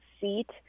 seat